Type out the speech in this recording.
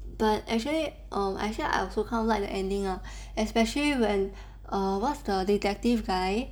but actually um I say I also quite like the ending ah especially when err what's the detective guy